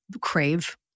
crave